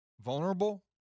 vulnerable